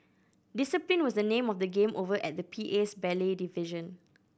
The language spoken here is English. discipline was the name of the game over at the P A's ballet division